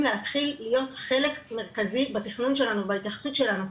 להתחיל להיות חלק מרכזי בתכנון שלנו ובהתייחסות שלנו.